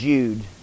Jude